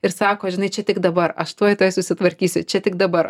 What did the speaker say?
ir sako žinai čia tik dabar aš tuoj tuoj susitvarkysiu čia tik dabar